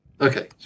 Okay